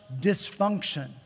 dysfunction